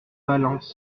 valence